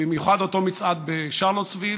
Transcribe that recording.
במיוחד אותו מצעד בשרלוטסוויל,